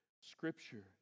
Scripture